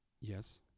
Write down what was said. Yes